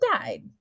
died